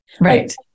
Right